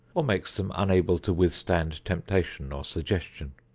or makes them unable to withstand temptation or suggestion.